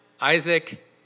Isaac